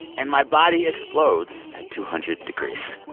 and my body explodes at two hundred degrees